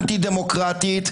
אנטי דמוקרטית,